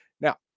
now